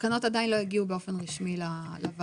התקנות עדיין לא הגיעו באופן רשמי לוועדה.